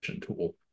tool